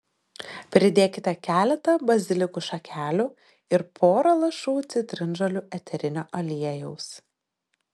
pridėkite keletą bazilikų šakelių ir pora lašų citrinžolių eterinio aliejaus